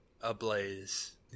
ablaze